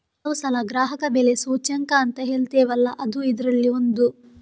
ಕೆಲವು ಸಲ ಗ್ರಾಹಕ ಬೆಲೆ ಸೂಚ್ಯಂಕ ಅಂತ ಹೇಳ್ತೇವಲ್ಲ ಅದೂ ಇದ್ರಲ್ಲಿ ಒಂದು